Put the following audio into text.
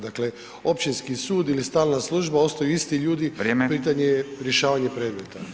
Dakle općinski sud ili stalna služba ostaju isti ljudi, pitanje je rješavanje predmeta.